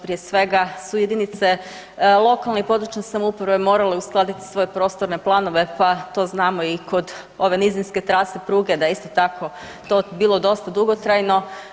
Prije svega su jedinice lokalne i područne samouprave morale uskladit svoje prostorne planove pa to znamo i kod ove nizinske trase pruge da je isto tako to bilo dosta dugotrajno.